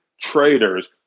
traders